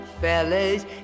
fellas